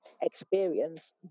experience